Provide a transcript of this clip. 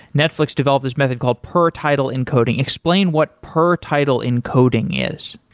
netflix developed this method called per title encoding. explain what per title encoding is.